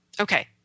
Okay